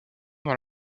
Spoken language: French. dans